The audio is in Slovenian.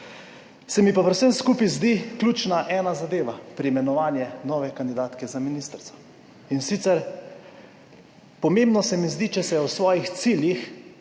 Se mi pa pri vsem skupaj zdi ključna ena zadeva pri imenovanju nove kandidatke za ministrico, in sicer pomembno se mi zdi, če se je o svojih ciljih